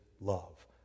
love